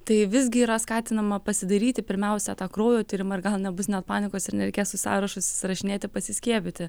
tai visgi yra skatinama pasidaryti pirmiausia tą kraujo tyrimą ir gal nebus net panikos ir nereikės į sąrašus įsirašinėti pasiskiepyti